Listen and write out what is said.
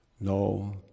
No